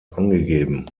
angegeben